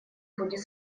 будет